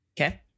Okay